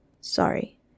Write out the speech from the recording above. Sorry